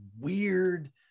weird